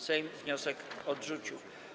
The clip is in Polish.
Sejm wniosek odrzucił.